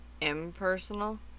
Impersonal